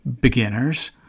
beginners